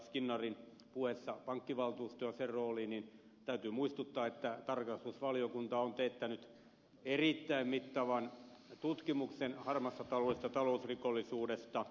skinnarin puheessa pankkivaltuustoon ja sen rooliin niin täytyy muistuttaa että tarkastusvaliokunta on teettänyt erittäin mittavan tutkimuksen harmaasta taloudesta talousrikollisuudesta